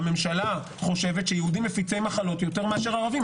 הממשלה חושבת שיהודים מפיצי מחלות יותר מאשר ערבים.